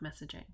messaging